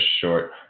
short